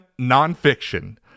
nonfiction